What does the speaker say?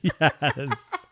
yes